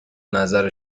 نظر